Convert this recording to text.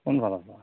কোন